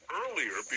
earlier